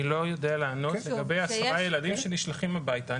אני לא יודע לענות לגבי עשרה ילדים שנשלחים הביתה.